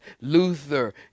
Luther